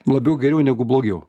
labiau geriau negu blogiau